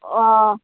অঁ